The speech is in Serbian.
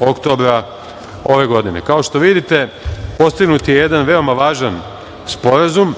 oktobra ove godine. Kao što vidite postignut je jedan veoma važan sporazum.